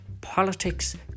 politics